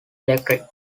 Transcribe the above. electric